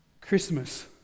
Christmas